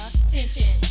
attention